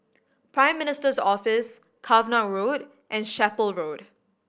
Prime Minister's Office Cavenagh Road and Chapel Road